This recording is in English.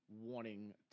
Wanting